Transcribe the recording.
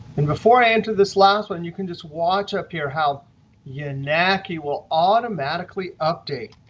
and before i enter this last one you can just watch up here how yanaki will automatically update.